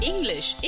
English